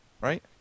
right